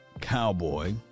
cowboy